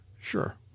Sure